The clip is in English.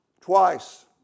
twice